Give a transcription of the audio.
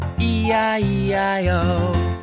E-I-E-I-O